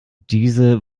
diese